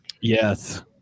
Yes